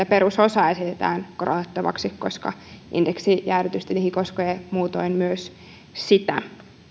perusosaa esitetään korotettavaksi koska indeksijäädytys tietenkin koskee muutoin myös sitä